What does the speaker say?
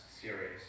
series